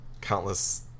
countless